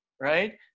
right